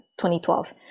2012